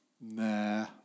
nah